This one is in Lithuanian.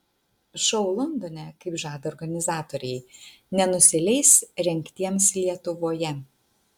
šou londone kaip žada organizatoriai nenusileis rengtiems lietuvoje